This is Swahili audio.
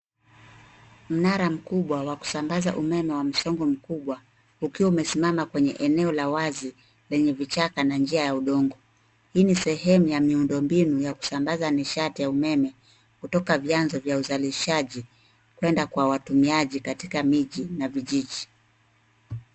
Mnara mkubwa wa kusambaza umeme wa msongo mkubwa ukiwa umesimama kwenye eneo la wazi lenye vichaka na njia ya udongo. Hii ni sehemu ya miundombinu ya kusambaza nishati ya umeme kutoka vyanzo vya uzalishaji kuenda kwa watumiaji katika miji na vijiji.